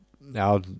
now